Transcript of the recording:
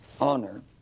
honor